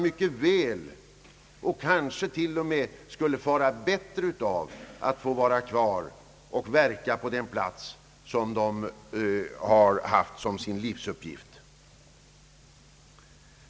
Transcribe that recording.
Många kanske till och med skulle må bättre av att få fortsätta att verka på den plats där de fullgör sin arbetsuppgift.